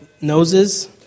noses